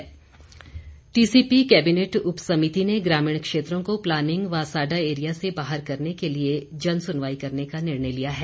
Mahendra Singh TCP cabinet उप समिति ने ग्रामीण क्षेत्रों को प्लानिंग व साडा एरिया से बाहर करने के लिए जनसुनवाई करने का निर्णय लिया है